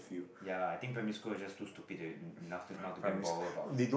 yea I think primary school is just too stupid they not to gain power about